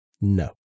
No